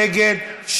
נגד,